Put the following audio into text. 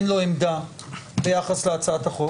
אין לו עמדה ביחס להצעת החוק.